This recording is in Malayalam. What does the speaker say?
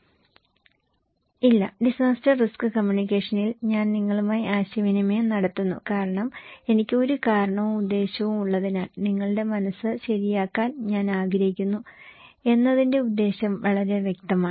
ഇല്ല ഡിസാസ്റ്റർ റിസ്ക് കമ്മ്യൂണിക്കേഷനിൽ ഞാൻ നിങ്ങളുമായി ആശയവിനിമയം നടത്തുന്നു കാരണം എനിക്ക് ഒരു കാരണവും ഉദ്ദേശവും ഉള്ളതിനാൽ നിങ്ങളുടെ മനസ്സ് ശരിയാക്കാൻ ഞാൻ ആഗ്രഹിക്കുന്നു എന്നതിന്റെ ഉദ്ദേശ്യം വളരെ വ്യക്തമാണ്